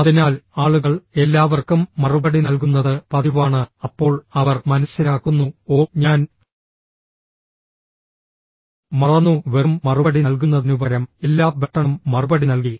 അതിനാൽ ആളുകൾ എല്ലാവർക്കും മറുപടി നൽകുന്നത് പതിവാണ് അപ്പോൾ അവർ മനസ്സിലാക്കുന്നു ഓ ഞാൻ മറന്നു വെറും മറുപടി നൽകുന്നതിനുപകരം എല്ലാ ബട്ടണും മറുപടി നൽകി